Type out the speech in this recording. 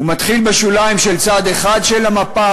הוא מתחיל בשוליים של צד אחד של המפה,